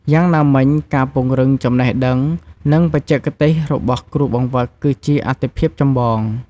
យ៉ាងណាមិញការពង្រឹងចំណេះដឹង និងបច្ចេកទេសរបស់គ្រូបង្វឹកគឺជាអាទិភាពចម្បង។